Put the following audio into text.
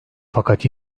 fakat